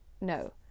No